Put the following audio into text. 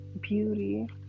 beauty